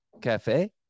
Cafe